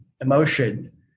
emotion